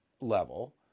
level